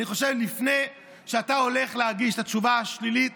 לפני שאתה הולך להגיש את התשובה השלילית